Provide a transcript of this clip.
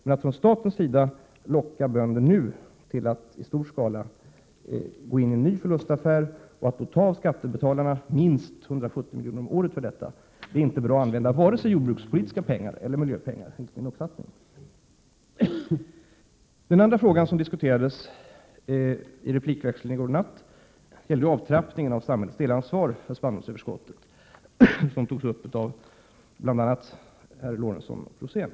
Men att från statens sida locka bönderna till att i stor skala gå in i en ny förlustaffär och ta av skattebetalarna minst 170 miljoner om året för detta är inte ett bra sätt att använda vare sig jordbrukets pengar eller miljöpengar enligt min uppfattning. Den andra fråga som diskuterades i replikväxlingen i går kväll gällde avtrappningen av statens delansvar för spannmålsöverskottet, som togs upp av bl.a. herrarna Lorentzon och Rosén.